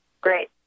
Great